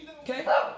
Okay